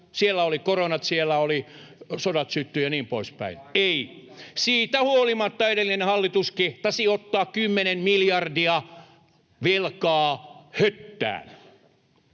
Siellä olivat koronat, siellä sodat syttyivät ja niin poispäin. Ei. Siitä huolimatta edellinen hallitus kehtasi ottaa 10 miljardia velkaa höttään.